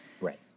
Right